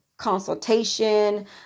consultation